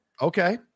Okay